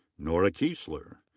nora kiesler.